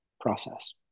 process